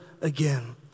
again